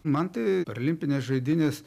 man tai paralimpines žaidynės